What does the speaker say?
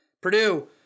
Purdue